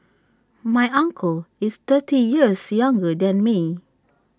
my uncle is thirty years younger than me